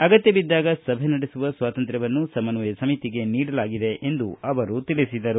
ಅಗತ್ತಬಿದ್ದಾಗ ಸಭೆ ನಡೆಸುವ ಸ್ವಾತಂತ್ರ್ಯವನ್ನು ಸಮನ್ವಯ ಸಮಿತಿಗೆ ನೀಡಲಾಗಿದೆ ಎಂದು ತಿಳಿಸಿದರು